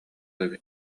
эбит